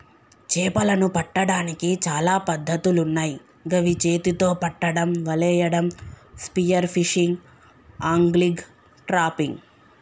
చేపలను పట్టడానికి చాలా పద్ధతులున్నాయ్ గవి చేతితొ పట్టడం, వలేయడం, స్పియర్ ఫిషింగ్, ఆంగ్లిగ్, ట్రాపింగ్